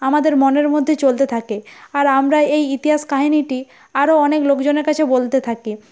আমাদের মনের মধ্যে চলতে থাকে আর আমরা এই ইতিহাস কাহিনীটি আরও অনেক লোকজনের কাছে বলতে থাকি